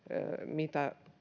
mitä